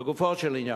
לגופו של עניין,